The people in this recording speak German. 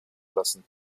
lassen